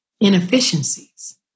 inefficiencies